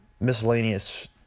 miscellaneous